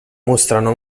mostrano